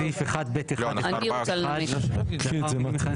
בסעיף 1(ב1)(1)(ב)(1) לאחר המילים 'יכנס